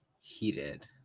heated